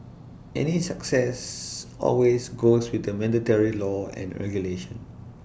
any success always goes with the mandatory law and regulation